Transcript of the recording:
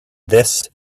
this